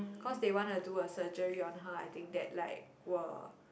cause they wanna do a surgery on her I think that like will